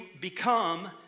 become